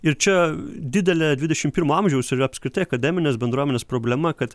ir čia didelė dvidešim pirmo amžiaus ir apskritai akademinės bendruomenės problema kad